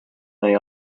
they